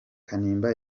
kanimba